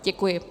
Děkuji.